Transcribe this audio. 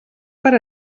per